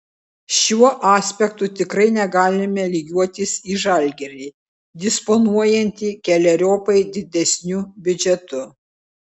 šiuo aspektu tikrai negalime lygiuotis į žalgirį disponuojantį keleriopai didesniu biudžetu